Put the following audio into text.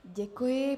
Děkuji.